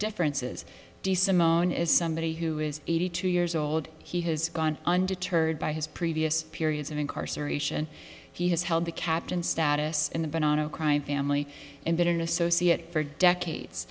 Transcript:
differences decent moen is somebody who is eighty two years old he has gone undeterred by his previous periods of incarceration he has held the captain status in the binondo crime family and bitterness associates for decades